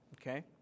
okay